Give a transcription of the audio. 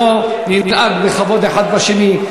בוא ננהג בכבוד האחד בשני,